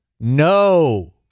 No